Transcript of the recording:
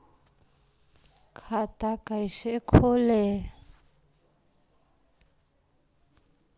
खाता कैसे खोले?